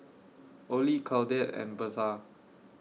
Olie Claudette and Birtha